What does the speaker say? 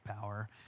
power